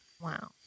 Wow